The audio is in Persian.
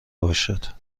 باشد